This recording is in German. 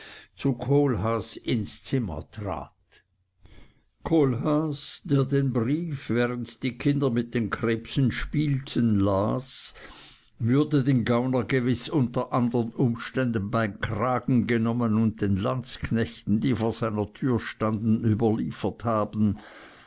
zu kohlhaas ins zimmer trat kohlhaas der den brief während die kinder mit den krebsen spielten las würde den gauner gewiß unter andern umständen beim kragen genommen und den landsknechten die vor seiner tür standen überliefert haben